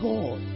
God